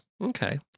Okay